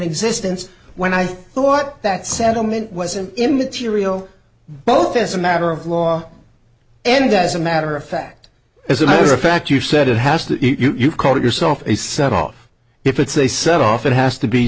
existence when i thought that settlement wasn't immaterial both as a matter of law and as a matter of fact as a matter of fact you said it has that you called yourself a set off if it's a set off it has to be